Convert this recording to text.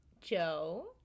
Joe